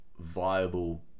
viable